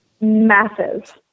massive